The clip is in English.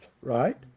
right